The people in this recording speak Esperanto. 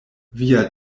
via